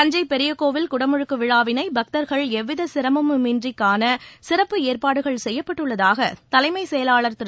தஞ்சை பெரியகோவில் குடமுழுக்கு விழாவினை பக்தர்கள் எவ்வித சிரமுமின்றி காண சிறப்பு ஏற்பாடுகள் செய்யப்பட்டுள்ளதாக தலைமைச் செயலாளர் திரு